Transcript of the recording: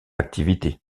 activité